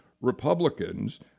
Republicans